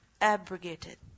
abrogated